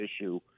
issue